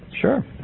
Sure